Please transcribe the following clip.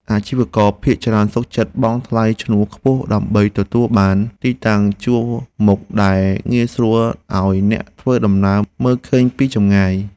អាជីវករភាគច្រើនសុខចិត្តបង់ថ្លៃឈ្នួលខ្ពស់ដើម្បីទទួលបានទីតាំងជួរមុខដែលងាយស្រួលឱ្យអ្នកធ្វើដំណើរមើលឃើញពីចម្ងាយ។